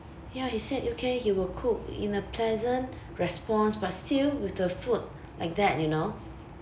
ya he said okay he will cook in a pleasant response but still with the food like that you know